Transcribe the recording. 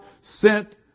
sent